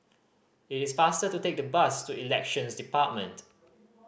it is faster to take the bus to Elections Department